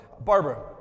Barbara